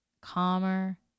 calmer